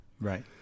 Right